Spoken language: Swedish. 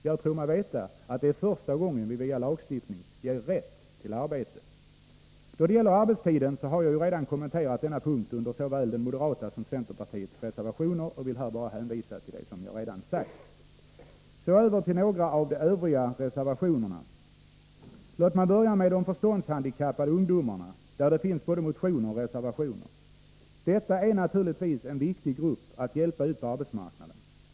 Jag tror mig veta att detta är första gången vi via lagstiftning ger rätt till arbete. Arbetstiden har jag redan kommenterat i anslutning till såväl moderaternas som centerpartiets reservationer och vill här bara hänvisa till det jag redan sagt. Så över till några av de övriga reservationerna. Låt mig börja med de förståndshandikappade ungdomarna, om vilka det finns både motioner och reservationer. Detta är naturligtvis en viktig grupp att hjälpa ut på arbetsmarknaden.